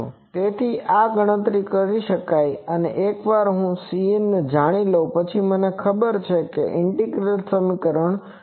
તેથી આ ગણતરી કરી શકાય છે અને એકવાર હું Cn જાણી લઉ પછી મને ખબર છે કે ઇન્ટિગ્રલ સમીકરણ ઉકેલી શકાય છે